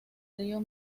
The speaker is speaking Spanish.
río